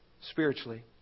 spiritually